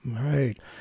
Right